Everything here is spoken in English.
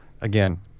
Again